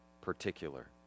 particular